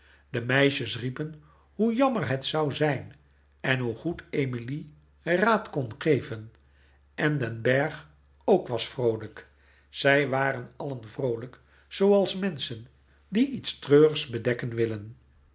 de meisjes riepen hoe louis couperus metamorfoze jammer het zoû zijn en hoe goed emilie raad kon geven en den bergh ook was vroolijk zij waren allen vroolijk zooals menschen die iets treurigs bedekken willen